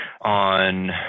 On